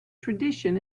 tradition